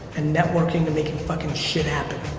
and networking and making fucking shit happen.